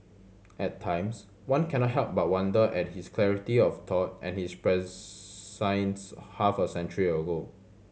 at times one cannot help but wonder at his clarity of thought and his prescience half a century ago